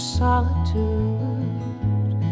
solitude